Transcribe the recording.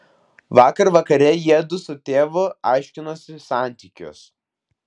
vakar vakare jiedu su tėvu aiškinosi santykius